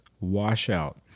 washout